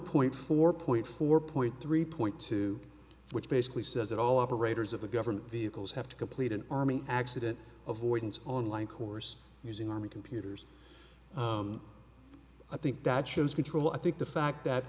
point four point four point three point two which basically says it all operators of the government vehicles have to complete an army accident of wardens online course using army computers i think that shows control i think the fact that